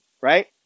right